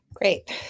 Great